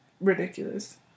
ridiculous